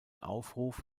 aufruf